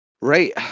right